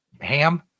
Ham